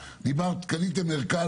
דיברת על הערכה שקנית למשפחה.